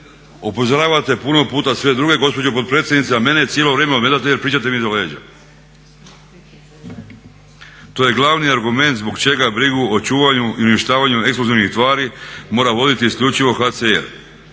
Upozoravate puno puta sve druge gospođo potpredsjednice, a mene cijelo vrijeme ometate jer pričate mi iza leđa. To je glavni argument zbog čega brigu o čuvanju i uništavanju eksplozivnih tvari mora voditi isključivo HCR.